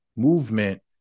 movement